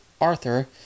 Arthur